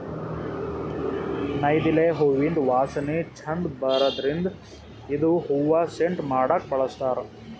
ನೈದಿಲೆ ಹೂವಿಂದ್ ವಾಸನಿ ಛಂದ್ ಬರದ್ರಿನ್ದ್ ಇದು ಹೂವಾ ಸೆಂಟ್ ಮಾಡಕ್ಕ್ ಬಳಸ್ತಾರ್